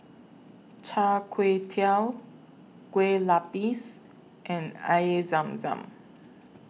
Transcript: Char Kway Teow Kue Lupis and Air Zam Zam